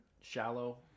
shallow